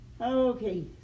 Okay